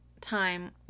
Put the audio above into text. time